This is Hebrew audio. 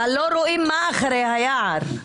אבל לא רואים מה מאחורי היער,